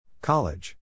college